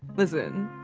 listen